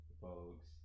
folks